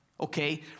okay